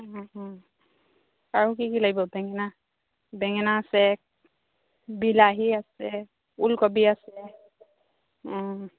আৰু কি কি লাগিব বেঙেনা বেঙেনা আছে বিলাহী আছে ওলকবি আছে